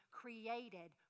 created